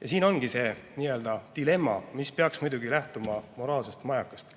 Ja siin ongi see dilemma, mis peaks muidugi lähtuma moraalsest majakast.